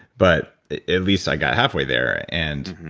but at least i got halfway there. and